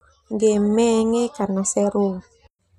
Game menge karna seru.